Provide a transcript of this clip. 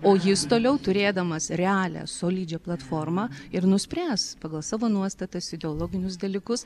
o jis toliau turėdamas realią solidžią platformą ir nuspręs pagal savo nuostatas ideologinius dalykus